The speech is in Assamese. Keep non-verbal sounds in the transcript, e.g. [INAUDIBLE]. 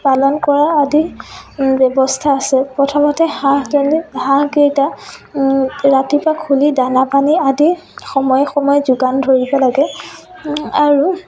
পালন কৰা আদি ব্যৱস্থা আছে প্ৰথমতে হাঁহ [UNINTELLIGIBLE] হাঁহকেইটা ৰাতিপুৱা খুলি দানা পানী আদি সময়ে সময়ে যোগান ধৰিব লাগে আৰু